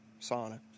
sauna